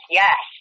yes